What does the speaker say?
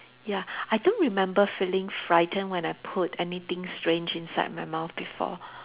ya I don't remember feeling frightened when I put anything strange inside my mouth before